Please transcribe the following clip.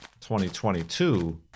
2022